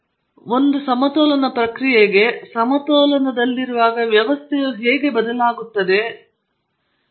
ಅಂತಿಮವಾಗಿ ಒಂದು ಸಮತೋಲನ ಪ್ರಕ್ರಿಯೆಗೆ ಸಮತೋಲನದಲ್ಲಿರುವಾಗ ವ್ಯವಸ್ಥೆಯು ಹೇಗೆ ಬದಲಾಗುತ್ತದೆ ಎಂಬುದನ್ನು ನೀವು ತಿಳಿದಿರಬಾರದು ಎಂದರ್ಥ